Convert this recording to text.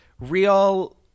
real